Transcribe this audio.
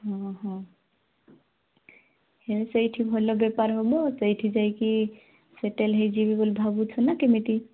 ହଁ ହଁ ହେଲେ ସେଇଠି ଭଲ ବେପାର ହେବ ସେଇଠି ଯାଇକି ସେଟେଲ୍ ହୋଇଯିବ ବୋଲି ଭାବୁଛ ନା କେମିତି